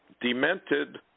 demented